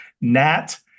Nat